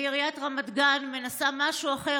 ועיריית רמת גן מנסה משהו אחר,